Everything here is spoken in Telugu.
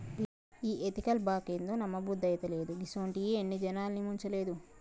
ఈ ఎతికల్ బాంకేందో, నమ్మబుద్దైతలేదు, గిసుంటియి ఎన్ని జనాల్ని ముంచలేదు